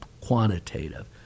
quantitative